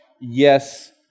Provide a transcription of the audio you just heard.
Yes